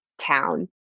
town